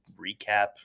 recap